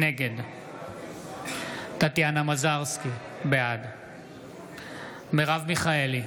נגד טטיאנה מזרסקי, בעד מרב מיכאלי,